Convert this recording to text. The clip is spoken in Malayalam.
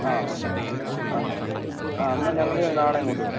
ആ ഓക്കെ ആ ആ ഓക്കെ ഓക്കെ ആ എന്നാൽ ഞങ്ങൾ നാളെ അങ്ങോട്ട് വരാം